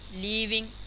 leaving